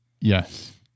Yes